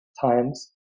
times